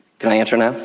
can i answer now?